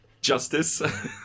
Justice